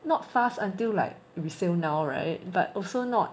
not fast until like we say now [right] but also not